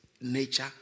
nature